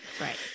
Right